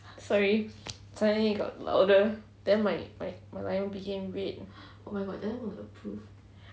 sorry suddenly got louder then my line became red